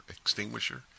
extinguisher